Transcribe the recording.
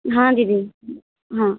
हाँ दीदी हाँ